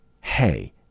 Hey